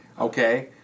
okay